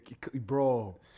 Bro